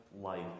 life